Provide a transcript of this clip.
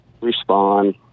respond